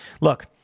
Look